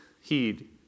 heed